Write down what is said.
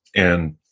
and